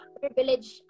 privilege